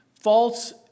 false